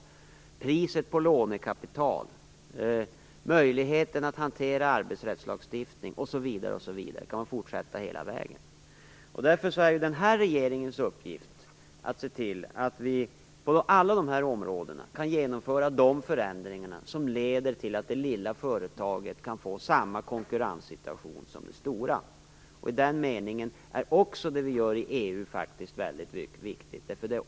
Vidare gäller det priset på lånekapital, möjligheterna att hantera arbetsrättslagstiftningen osv. Så kan man fortsätta hela vägen. Den här regeringens uppgift är därför att se till att vi på alla dessa områden kan genomföra sådana förändringar som leder till att det lilla företaget kan få samma konkurrenssituation som det stora. I den meningen är också det vi gör i EU faktiskt väldigt viktigt.